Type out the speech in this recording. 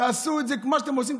תעשו את זה כמו שאתם עושים,